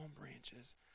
branches